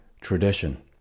tradition